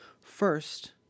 First